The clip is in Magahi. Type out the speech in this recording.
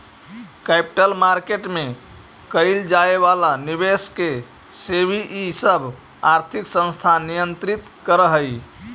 कैपिटल मार्केट में कैइल जाए वाला निवेश के सेबी इ सब आर्थिक संस्थान नियंत्रित करऽ हई